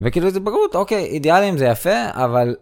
וכאילו איזה בגרות אוקיי אידיאליים זה יפה אבל.